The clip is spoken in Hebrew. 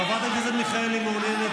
חברת הכנסת סון הר מלך.